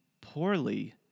poorly